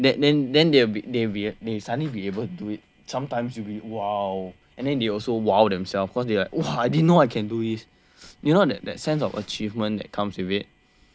then then they'll be they'll be suddenly be able to it sometimes you be !wow! and then they also !wow! themselves cause they like !wah! I didn't know I can do this you know that that sense of achievement that comes with it